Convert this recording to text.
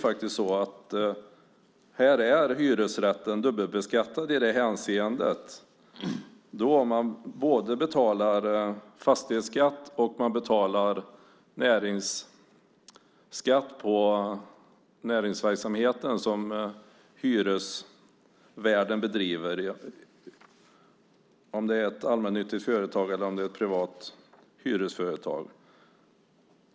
Hyresrätten är faktiskt dubbelbeskattad i det hänseendet; man betalar dels fastighetsskatt, dels näringsskatt på den näringsverksamhet som hyresvärden bedriver, antingen det är ett allmännyttigt eller ett privat hyresföretag.